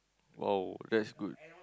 !wow! that's good